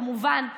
כמובן,